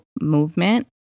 movement